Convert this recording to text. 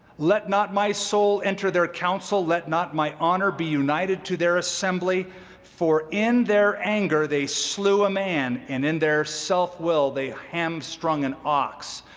let not my soul enter their counsel let not my honor be united to their assembly for in their anger they slew a man, and in their self-will they hamstrung an ox.